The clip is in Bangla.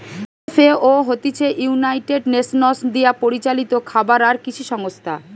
এফ.এ.ও হতিছে ইউনাইটেড নেশনস দিয়া পরিচালিত খাবার আর কৃষি সংস্থা